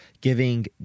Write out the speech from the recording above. giving